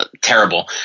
terrible